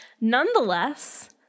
Nonetheless